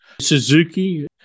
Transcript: Suzuki